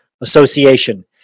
Association